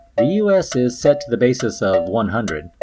the us is set to the basis of one hundred,